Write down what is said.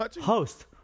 Host